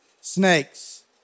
snakes